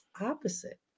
opposite